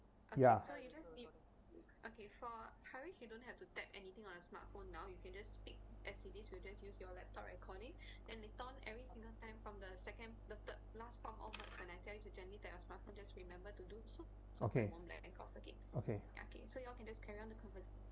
ya okay okay